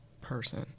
person